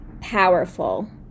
powerful